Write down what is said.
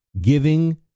giving